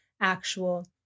actual